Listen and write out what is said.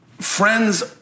friends